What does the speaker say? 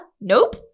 Nope